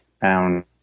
found